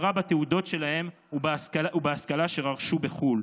ובכלל זה הקשיים בהכרה בתעודות שלהם ובהשכלה שרכשו בחו"ל,